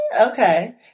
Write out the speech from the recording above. Okay